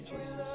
jesus